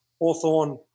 Hawthorne